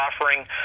offering